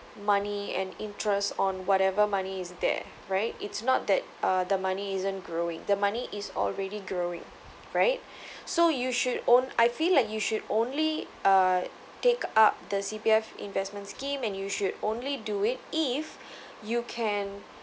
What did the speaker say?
money and interest on whatever money is there right it's not that uh the money isn't growing the money is already growing right so you should own I feel like you should only uh take up the C_P_F investment scheme and you should only do it if you can